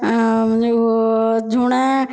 ଆଉ ଯେଉଁ ଝୁଣା